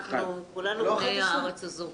כולנו בני הארץ הזאת.